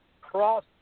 Cross